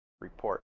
report